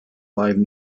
live